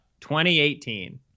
2018